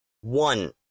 One